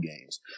games